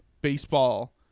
baseball